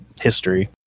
history